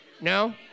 No